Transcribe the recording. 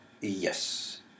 Yes